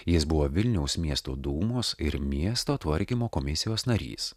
jis buvo vilniaus miesto dūmos ir miesto tvarkymo komisijos narys